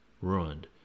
ruined